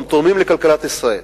תורמים לכלכלת ישראל,